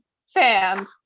sand